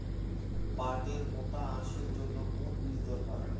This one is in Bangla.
পাটের মোটা আঁশের জন্য কোন বীজ দরকার?